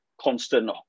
constant